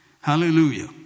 Hallelujah